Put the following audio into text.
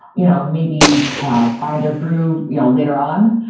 you know maybe and um find their groove you know later um